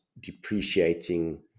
depreciating